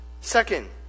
second